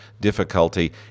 difficulty